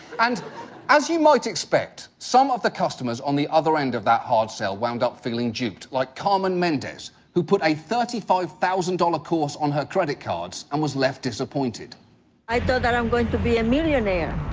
and as you might expect, some of the customers on the other end of that hard sell wound up feeling duped, like carmen mendez, who put a thirty five thousand dollars course on her credit cards and was left disappointed. carmen i thought that i'm going to be a millionaire.